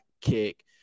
kick